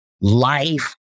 life